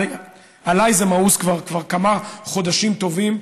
עליי זה מאוס כבר כמה חודשים טובים,